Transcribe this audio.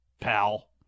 Pal